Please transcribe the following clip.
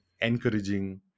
encouraging